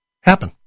happen